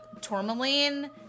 Tourmaline